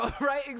right